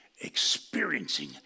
experiencing